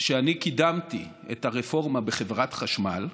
שאני קידמתי את הרפורמה בחברת החשמל,